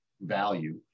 value